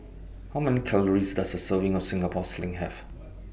How Many Calories Does A Serving of Singapore Sling Have